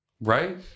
Right